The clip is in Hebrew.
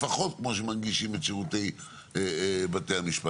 לפחות כמו שמנגישים את שירותי בתי המשפט.